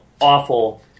awful